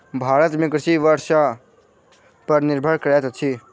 भारत में कृषि वर्षा पर निर्भर करैत अछि